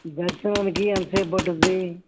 దర్శనానికి ఎంతేసేపు పట్టుద్ది